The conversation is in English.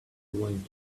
went